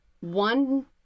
One